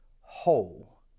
whole